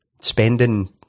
spending